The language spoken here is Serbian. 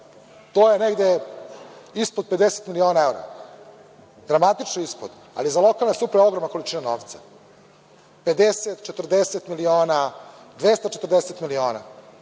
to je negde ispod 50 miliona, dramatično ispod, ali za lokalne samouprave je ogromna količina novca, 50, 40 miliona, 240 miliona. Juče